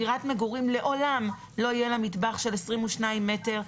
דירת מגורים לעולם לא יהיה לה מטבח של 22 מטרים,